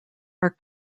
are